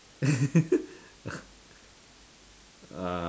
uh